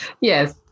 Yes